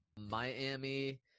Miami